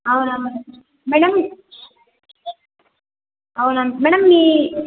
అవునవును మేడం అవును మేడం మీ